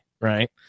right